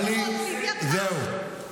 זה עובר.